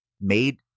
made